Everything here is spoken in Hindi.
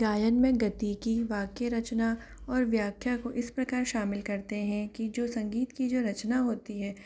गायन में गति की वाक्य रचना और व्याख्या को इस प्रकार शामिल करते हैं कि जो संगीत की जो रचना होती है